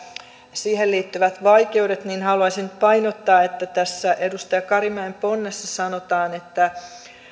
siihen liittyvät vaikeudet niin haluaisin painottaa että tässä edustaja karimäen ponnessa sanotaan että